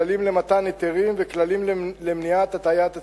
כללים למתן היתרים וכללים למניעת הטעיית הציבור.